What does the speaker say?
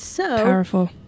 Powerful